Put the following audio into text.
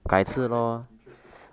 not I damn interested to see